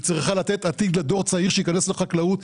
היא צריכה לתת עתיד לדור צעיר שייכנס לחקלאות.